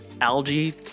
algae